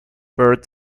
bird